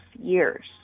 years